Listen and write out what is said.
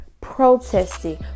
protesting